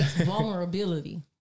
vulnerability